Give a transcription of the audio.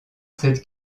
cette